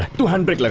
two hundred like